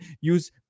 use